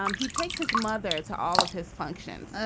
um he takes his mother to all of his functions.